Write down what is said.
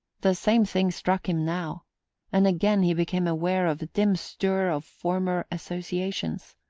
the same thing struck him now and again he became aware of a dim stir of former associations.